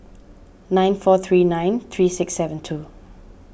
nine four three nine three six seven two